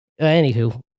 Anywho